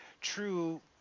true